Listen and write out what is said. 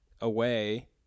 away